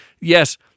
yes